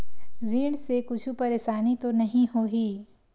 ऋण से कुछु परेशानी तो नहीं होही?